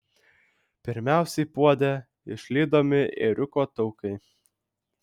pirmiausiai puode išlydomi ėriuko taukai